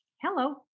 hello